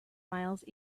miles